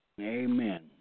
Amen